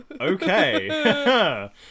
okay